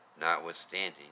notwithstanding